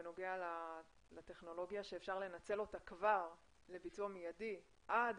בנוגע לטכנולוגיה שאפשר לנצל אותה כבר לביצוע מיידי עד